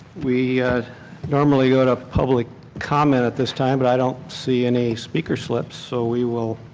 we normally go to public comment at this time but i don't see any speaker slips. so we will